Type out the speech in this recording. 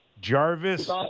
Jarvis